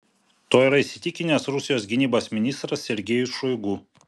tuo yra įsitikinęs rusijos gynybos ministras sergejus šoigu